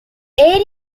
area